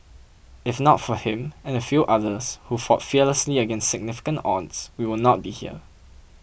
if not for him and a few others who fought fearlessly against significant odds we will not be here